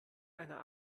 einer